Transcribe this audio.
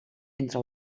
entre